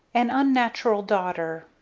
an unnatural daughter